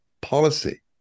policy